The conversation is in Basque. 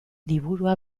liburua